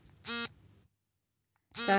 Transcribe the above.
ಸಾಲದ ಅರ್ಜಿಯಲ್ಲಿ ಯಾವ ಮಾಹಿತಿ ಇದೆ?